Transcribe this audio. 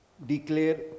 declare